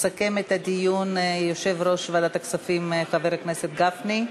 יסכם את הדיון יושב-ראש ועדת הכספים חבר הכנסת גפני.